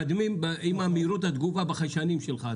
מהירות התגובה בחיישנים שלך.